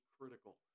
critical